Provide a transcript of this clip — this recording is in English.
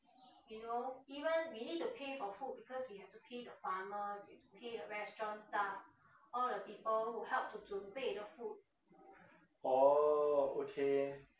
orh okay